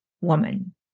woman